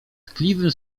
tkliwym